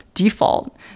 default